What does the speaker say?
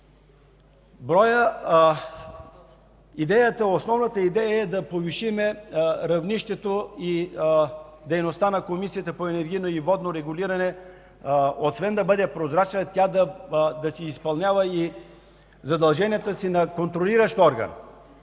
Основната идея е да повишим равнището и дейността на Комисията по енергийно и водно регулиране – освен да бъде прозрачна, тя да изпълнява и задълженията си на контролиращ орган.